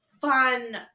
fun